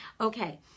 okay